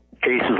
cases